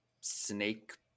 snake-